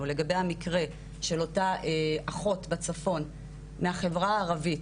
לגבי המקרה של אותה אחות בצפון מהחברה הערבית,